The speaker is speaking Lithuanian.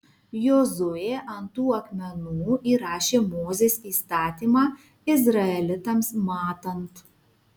jozuė ant tų akmenų įrašė mozės įstatymą izraelitams matant